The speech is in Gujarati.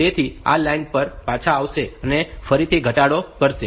તેથી તે આ લાઇન પર પાછા આવશે અને તે ફરીથી ઘટાડો કરશે